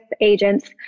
agents